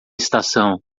estação